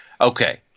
Okay